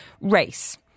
Race